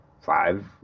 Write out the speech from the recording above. five